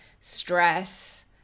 stress